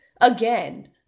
again